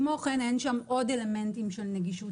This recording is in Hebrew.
כמו כן אין שם עוד אלמנטים של נגישות